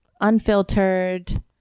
unfiltered